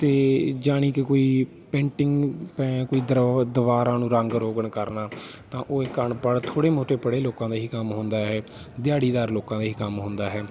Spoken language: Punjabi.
ਅਤੇ ਜਾਣੀ ਕਿ ਕੋਈ ਪੇਂਟਿੰਗ ਪ ਕੋਈ ਦਰ ਦੀਵਾਰਾਂ ਨੂੰ ਰੰਗ ਰੋਗਨ ਕਰਨਾ ਤਾਂ ਉਹ ਇੱਕ ਅਨਪੜ੍ਹ ਥੋੜ੍ਹੇ ਮੋਟੇ ਪੜ੍ਹੇ ਲੋਕਾਂ ਦਾ ਹੀ ਕੰਮ ਹੁੰਦਾ ਹੈ ਦਿਹਾੜੀਦਾਰ ਲੋਕਾਂ ਦਾ ਹੀ ਕੰਮ ਹੁੰਦਾ ਹੈ